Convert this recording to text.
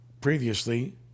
previously